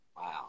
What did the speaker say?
Wow